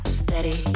steady